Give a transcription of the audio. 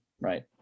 right